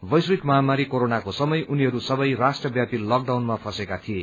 वैश्विक महामारी कोरोनाको समय उनीहरू सबै राष्ट्रव्यापी लकडाउनमा फँसेका थिए